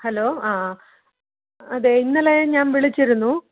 hello ആ അതെ ഇന്നലെ ഞാൻ വിളിച്ചിരുന്നു